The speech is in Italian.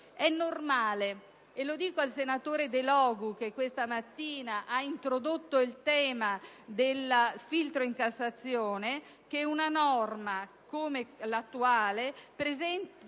È normale - e lo dico al senatore Delogu che questa mattina ha introdotto il tema del filtro in Cassazione - che una norma come quella attuale, che presenta